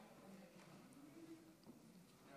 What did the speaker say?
תודה